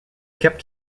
kept